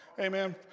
amen